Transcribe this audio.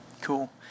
Cool